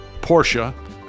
Porsche